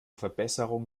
verbesserung